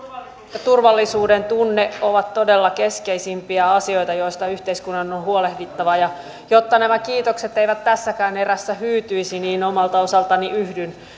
ja turvallisuudentunne ovat todella keskeisimpiä asioita joista yhteiskunnan on on huolehdittava ja jotta nämä kiitokset eivät tässäkään erässä hyytyisi niin omalta osaltani yhdyn